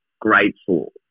grateful